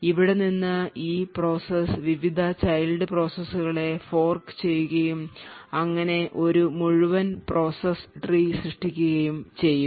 ഇവിടെ നിന്ന് ഈ process വിവിധ child process കളെ fork ചെയ്യുകയും അങ്ങനെ ഒരു മുഴുവൻ പ്രോസസ്സ് ട്രീ സൃഷ്ടിക്കുകയും ചെയ്യും